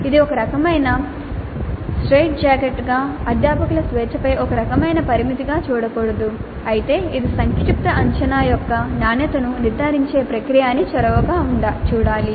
ఇది ఒక రకమైన స్ట్రెయిట్జాకెట్గా లేదా అధ్యాపకుల స్వేచ్ఛపై ఒక రకమైన పరిమితిగా చూడకూడదు అయితే ఇది సంక్షిప్త అంచనా యొక్క నాణ్యతను నిర్ధారించే ప్రక్రియ అని చొరవగా చూడాలి